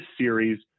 series